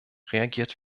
reagiert